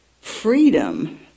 freedom